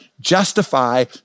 justify